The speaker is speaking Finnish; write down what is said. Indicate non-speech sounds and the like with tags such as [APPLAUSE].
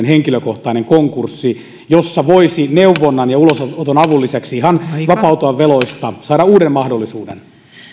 [UNINTELLIGIBLE] henkilökohtainen konkurssi jossa voisi neuvonnan ja ulosoton avun lisäksi ihan vapautua veloista saada uuden mahdollisuuden